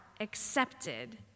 accepted